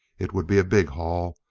it would be a big haul,